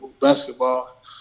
basketball